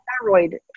thyroid